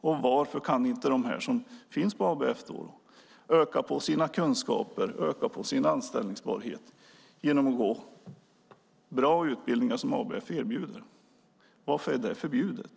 Och varför kan inte de som finns på ABF få öka på sina kunskaper och sin anställningsbarhet genom att gå bra utbildningar som ABF erbjuder? Varför är det förbjudet?